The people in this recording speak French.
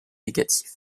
négative